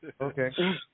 Okay